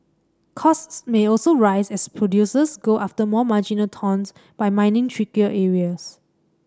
costs may also rise as producers go after more marginal tons by mining trickier areas